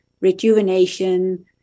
rejuvenation